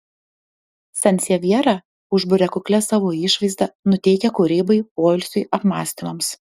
sansevjera užburia kuklia savo išvaizda nuteikia kūrybai poilsiui apmąstymams